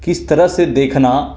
किस तरह से देखना